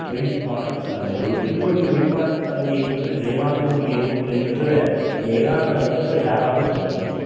வெளிப்பாட்டுத்தன்மை ஒரு பெண்ணுடைய வெளிப்பாட்டுத்தன்மையை பற்றி ஜெயகாந்தனுடைய நூல்களை தவிர ஜெயகாந்தனை தவிர யாராலும் சொல்ல முடியாது